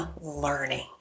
learning